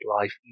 life